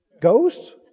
Ghosts